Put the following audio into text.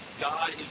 God